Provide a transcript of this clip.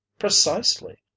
precisely